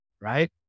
right